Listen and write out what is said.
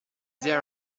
there